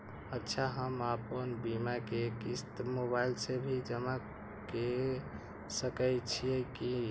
अच्छा हम आपन बीमा के क़िस्त मोबाइल से भी जमा के सकै छीयै की?